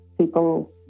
people